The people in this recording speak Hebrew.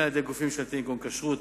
על-ידי גופים ממשלתיים כגון כשרות,